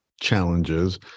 challenges